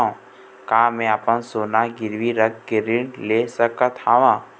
का मैं अपन सोना गिरवी रख के ऋण ले सकत हावे?